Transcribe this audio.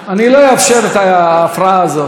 אני לא אאפשר את ההפרעה הזאת.